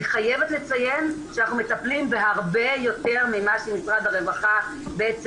אני חייבת לציין שאנחנו מטפלים בהרבה יותר ממה שמשרד הרווחה בעצם